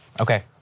Okay